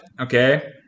okay